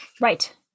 Right